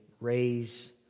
raise